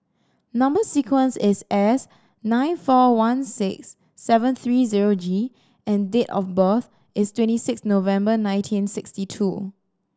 number sequence is S nine four one six seven three zero G and date of birth is twenty six November nineteen sixty two